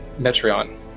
Metreon